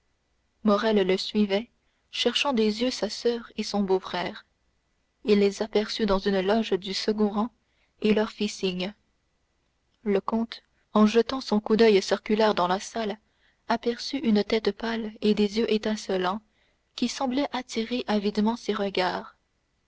morrel le suivait cherchant des yeux sa soeur et son beau-frère il les aperçut dans une loge du second rang et leur fit signe le comte en jetant son coup d'oeil circulaire dans la salle aperçut une tête pâle et des yeux étincelants qui semblaient attirer avidement ses regards